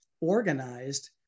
organized